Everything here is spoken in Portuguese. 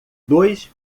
dois